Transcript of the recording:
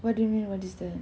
what do you mean what is that